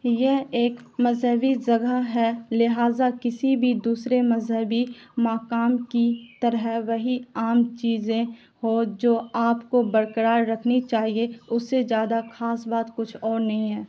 یہ ایک مذہبی جگہ ہے لہذا کسی بھی دوسرے مذہبی مقام کی طرح وہی عام چیزیں ہوں جو آپ کو برقرار رکھنی چاہئیں اس سے زیادہ خاص بات کچھ اور نہیں ہے